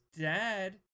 dad